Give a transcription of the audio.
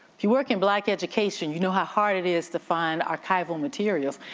if you work in black education, you know how hard it is to find archival materials.